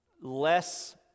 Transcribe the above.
less